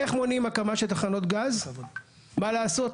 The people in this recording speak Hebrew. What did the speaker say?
איך מונעים הקמה של תחנות גז, מה לעשות?